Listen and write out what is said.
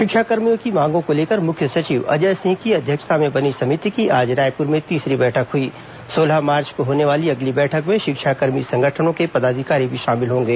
शिक्षाकर्मियों की मांगों को लेकर मुख्य सचिव अजय सिंह की अध्यक्षता में बनी समिति की आज रायपुर में तीसरी बैठक हुई सोलह मार्च को होने वाली अगली बैठक में शिक्षाकर्मी संगठनों के पदाधिकारी भी शामिल होंगे